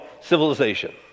civilization